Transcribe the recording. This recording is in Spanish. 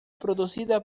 producida